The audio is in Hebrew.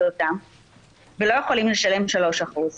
כינוס נכסים ולפנות אליהם בפנייה יזומה,